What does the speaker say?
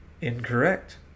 Incorrect